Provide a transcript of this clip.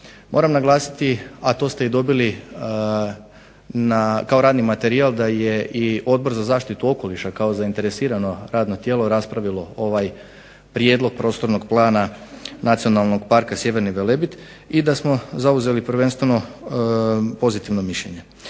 Moram naglasiti, a to ste i dobili kao radni materijal da je i Odbor za zaštitu okoliša kao zainteresirano radno tijelo raspravilo ovaj prijedlog Prostornog plana Nacionalnog parka Sjeverni Velebit i da smo zauzeli prvenstveno pozitivno mišljenje.